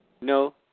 No